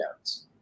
notes